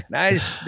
nice